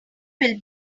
will